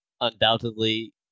undoubtedly